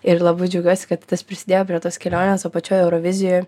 ir labai džiaugiuosi kad tas prisidėjo prie tos kelionės o pačioj eurovizijoj